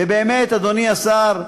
ובאמת, אדוני השר,